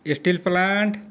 steel plant